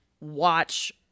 Watch